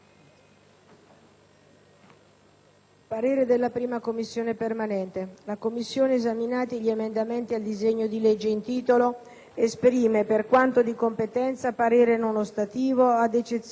«La 1a Commissione permanente, esaminati gli emendamenti al disegno di legge in titolo, esprime, per quanto di competenza, parere non ostativo, ad eccezione dell'emendamento 2.300,